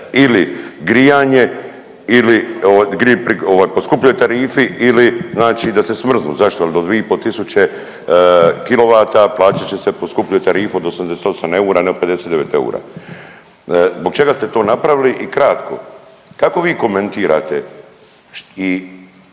ili grijanje po skupljoj tarifi ili znači da se smrznu. Zašto? Jel … 2,5 tisuće kilovata plaćat će se po skupljoj tarifi odnosno s 28 eura na 59 eura. Zbog čega ste to napravili? I kratko, kakvi komentirate i